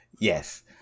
yes